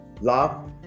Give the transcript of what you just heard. laugh